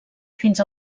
fins